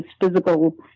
physical